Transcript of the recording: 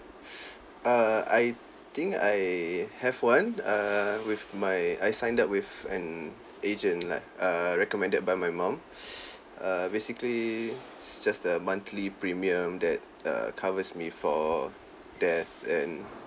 err I think I have one err with my I signed up with an agent like err recommended by my mum err basically it's just the monthly premium that uh covers me for death and